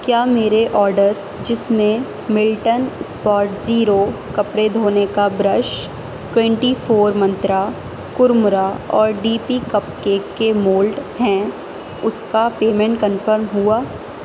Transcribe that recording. کیا میرے آڈر جس میں ملٹن اسپاٹ زیرو کپڑے دھونے کا برش ٹوینٹی فور منترا کرمرہ اور ڈی پی کپ کیک کے مولڈ ہیں اس کا پیمنٹ کنفرم ہوا